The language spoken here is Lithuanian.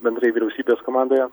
bendrai vyriausybės komandoje